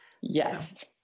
Yes